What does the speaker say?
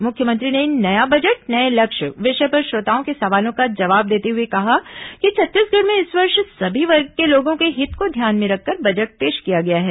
मुख्यमंत्री ने नया बजट नये लक्ष्य विषय पर श्रोताओं के सवालों का जवाब देते हुए कहा कि छत्तीसगढ़ में इस वर्ष सभी वर्ग के लोगों के हित को ध्यान में रखकर बजट पेश किया गया है